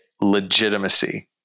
legitimacy